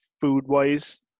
food-wise